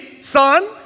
son